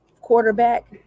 quarterback